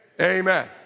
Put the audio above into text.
Amen